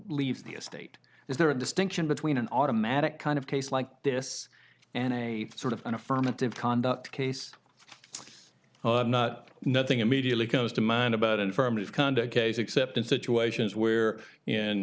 leaves the estate is there a distinction between an automatic kind of case like this and a sort of an affirmative conduct case it's not nothing immediately comes to mind about infirmity of conduct case except in situations where in